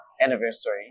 anniversary